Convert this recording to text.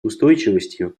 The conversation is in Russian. устойчивостью